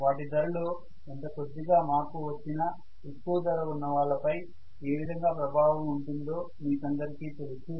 వాటి ధరలో ఎంత కొద్దిగా మార్పు వచ్చినా ఎక్కువ ధర ఉన్న వాళ్ళపై ఏ విధంగా ప్రభావం ఉంటుందో మీకందరికీ తెలుసు